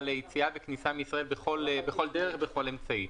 ליציאה וכניסה מישראל בכל דרך ובכל אמצעי.